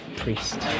priest